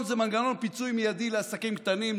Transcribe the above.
זה מנגנון פיצוי מיידי לעסקים קטנים,